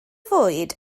fwyd